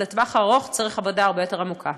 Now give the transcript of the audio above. אבל לטווח הארוך צריך עבודה הרבה יותר עמוקה.